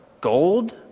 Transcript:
Gold